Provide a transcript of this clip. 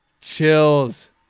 Chills